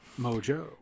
Mojo